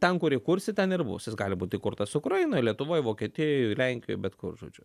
ten kur įkursi ten ir bus jis gali būt kurtas ukrainoj lietuvoj vokietijoj lenkijoj bet kur žodžiu